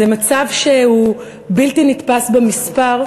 זה מצב שהוא בלתי נתפס במספר,